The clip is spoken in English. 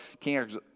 King